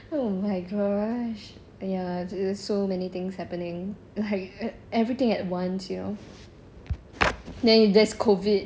oh my gosh !aiya! it's just so many things happening like everything at once you know then there's COVID